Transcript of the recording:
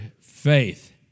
faith